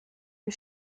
wie